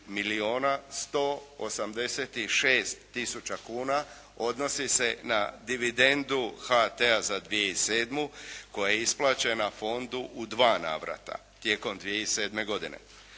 186 tisuća kuna odnosi se na dividendu HT-a za 2007. koja je isplaćena fondu u dva navrata tijekom 2007. godine.